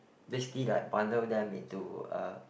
basically like bundle them into a